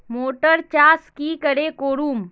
Motor चास की करे करूम?